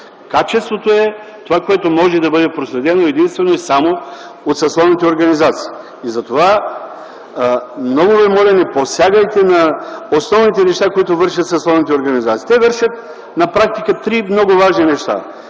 Качеството е това, което може да бъде проследено единствено и само от съсловните организации. Затова, много ви моля, не посягайте на основните неща, които вършат съсловните организации. Те на практика вършат три много важни неща.